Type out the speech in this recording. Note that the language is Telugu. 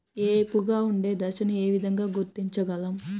ఏపుగా ఉండే దశను ఏ విధంగా గుర్తించగలం?